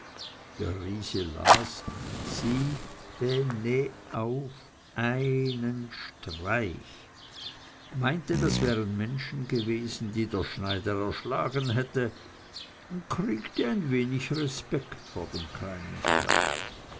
der riese las siebene auf einen streich meinte das wären menschen gewesen die der schneider erschlagen hätte und kriegte ein wenig respekt vor dem kleinen kerl